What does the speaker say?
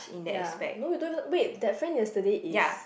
ya no you don't even wait that friend yesterday is